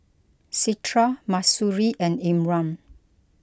Citra Mahsuri and Imran